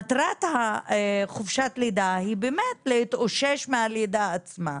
מטרת חופשת הלידה היא להתאושש מהלידה עצמה.